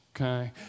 okay